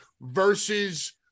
versus